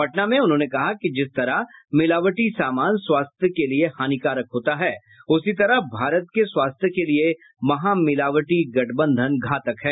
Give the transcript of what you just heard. पटना में उन्होंने कहा कि जिस तरह मिलावटी सामान स्वास्थ्य के लिये हानिकारक होता है उसी तरह भारत के स्वास्थ्य के लिये महामिलावटी गठबंधन घातक है